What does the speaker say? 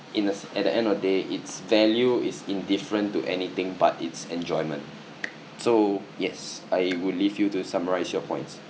in the at the end of the day its value is indifferent to anything but its enjoyment so yes I would leave you to summarize your points